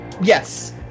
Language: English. Yes